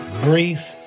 brief